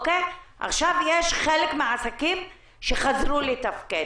עכשיו חלק מהעסקים חזרו לתפקד,